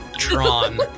Tron